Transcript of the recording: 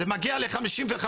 זה מגיע ל-55%,